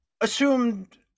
assumed –